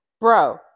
Bro